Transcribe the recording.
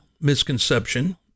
misconception